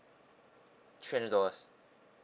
three hundred dollars